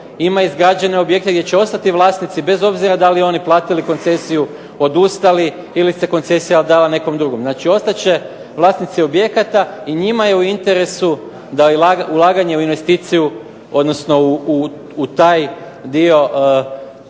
ima izgrađene objekte gdje će ostati vlasnici bez obzira da li oni platili koncesiju, odustali ili se koncesija dala nekom drugom. Znači, ostat će vlasnici objekata i njima je u interesu da i ulaganje u investiciju, odnosno u taj dio zemlje